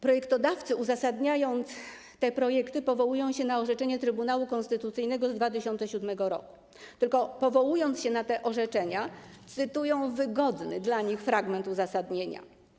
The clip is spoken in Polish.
Projektodawcy, uzasadniając te projekty, powołują się na orzeczenie Trybunału Konstytucyjnego z 2007 r., ale, powołując się na to orzeczenie, cytują wygodny dla nich fragment uzasadnienia.